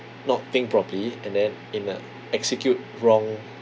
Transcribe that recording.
not think properly and then in a execute wrong